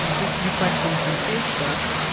this is a question from facebook.